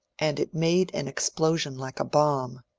and it made an explosion like a bomb.